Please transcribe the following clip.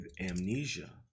amnesia